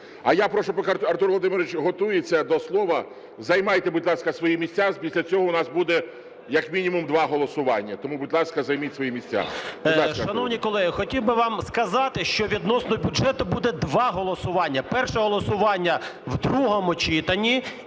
А я прошу, поки Артур Володимирович готується до слова, займайте, будь ласка, свої місця, після цього у нас буде як мінімум два голосування. Тому, будь ласка, займіть свої місця. 14:34:55 ГЕРАСИМОВ А.В. Шановні колеги, хотів би вам сказати, що відносно бюджету буде два голосування. Перше голосування – в другому читанні